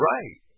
Right